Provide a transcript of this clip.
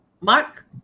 Mark